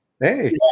Hey